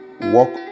Walk